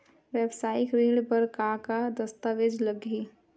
वेवसायिक ऋण बर का का दस्तावेज लगही?